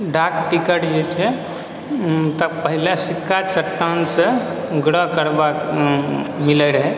डाक टिकट जे छै तऽ पहिले सिक्का चट्टानसँ ग्र करबा मिलै रहै